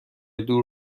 دور